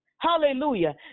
hallelujah